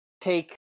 take